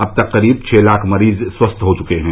अब तक करीब छह लाख मरीज स्वस्थ हो चुके हैं